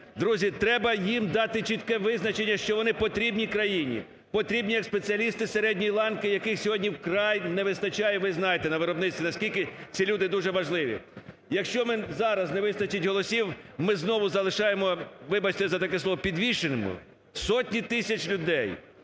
Друзі, треба їм дати чітке визначення, що вони потрібні країні, потрібні як спеціалісти середньої ланки, яких сьогодні вкрай не вистачає, ви знаєте, на виробництві, на скільки ці люди дуже важливі. Якщо ми… зараз не вистачить голосів, ми знову залишаємо, вибачте за таке слово, підвішеними сотні тисяч людей.